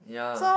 yeah